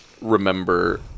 remember